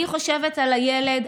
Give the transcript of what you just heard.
אני חושבת על הילד,